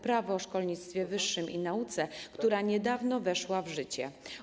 Prawo o szkolnictwie wyższym i nauce, która niedawno weszła w życie.